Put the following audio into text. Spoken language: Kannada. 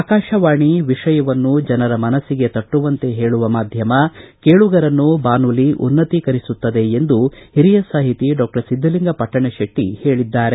ಆಕಾಶವಾಣಿ ವಿಷಯವನ್ನು ಜನರ ಮನಸ್ಸಿಗೆ ತಟ್ಟುವಂತೆ ಹೇಳುವ ಮಾಧ್ಯಮ ಕೇಳುಗರನ್ನು ಬಾನುಲಿ ಉನ್ನತೀಕರಿಸುತ್ತದೆ ಎಂದು ಹಿರಿಯ ಸಾಹಿತಿ ಡಾಕ್ಟರ್ ಸಿದ್ಧಲಿಂಗಪಟ್ಟಣಶೆಟ್ಟಿ ಹೇಳಿದ್ದಾರೆ